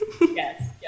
yes